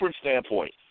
standpoint